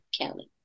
Kelly